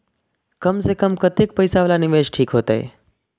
कम से कम कतेक पैसा वाला निवेश ठीक होते?